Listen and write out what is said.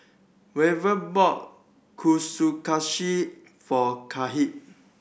Weaver bought for Kahlil